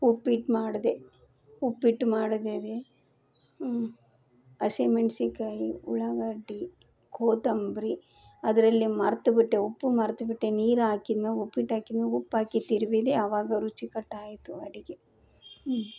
ಉಪ್ಪಿಟ್ಟು ಮಾಡ್ದೆ ಉಪ್ಪಿಟ್ಟು ಮಾಡಿದೆ ಹಸಿಮೆಣ್ಸಿನ್ಕಾಯಿ ಉಳ್ಳಾಗಡ್ಡಿ ಕೊತ್ತಂಬ್ರಿ ಅದರಲ್ಲಿ ಮರೆತುಬಿಟ್ಟೆ ಉಪ್ಪು ಮರೆತುಬಿಟ್ಟೆ ನೀರಾಕಿದೆನೋ ಉಪ್ಪಿಟ್ಟು ಹಾಕಿದ್ನೊ ಉಪ್ಪಾಕಿ ತಿರುವಿದೆ ಆವಾಗ ರುಚಿಕಟ್ಟಾಯಿತು ಅಡುಗೆ